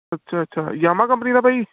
ਅੱਛਾ ਅੱਛਾ Yamaha company ਦਾ ਭਾਅ ਜੀ